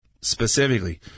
specifically